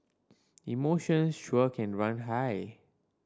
emotions sure can run high